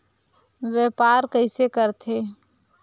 व्यापार कइसे करथे?